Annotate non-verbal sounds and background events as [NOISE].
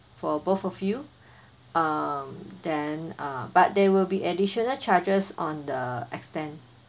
for both of you [BREATH] um then uh but there will be additional charges on the extend